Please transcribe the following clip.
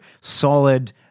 solid